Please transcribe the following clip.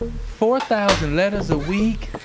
ah four thousand letters a week?